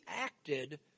acted